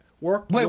Work